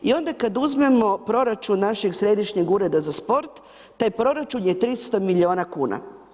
I onda kad uzmemo proračun našeg Središnjeg ureda za sport, taj proračun je 300 milijuna kuna.